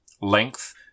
length